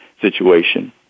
situation